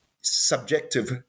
subjective